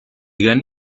gran